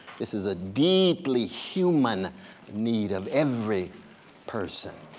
this is a deeply human need of every person.